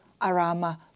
Arama